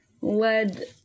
led